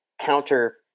counter